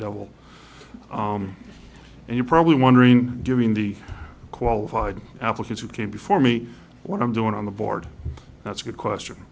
double and you're probably wondering during the qualified applicants who came before me what i'm doing on the board that's a good question